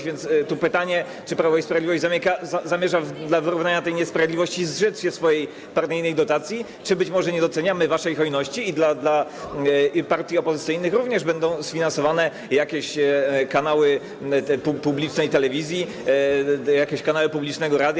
A więc pytanie: Czy Prawo i Sprawiedliwość zamierza dla wyrównania tej niesprawiedliwości zrzec się swojej partyjnej dotacji, czy być może nie doceniamy waszej hojności i dla partii opozycyjnych również będą sfinansowane jakieś kanały publicznej telewizji, jakieś kanały publicznego radia?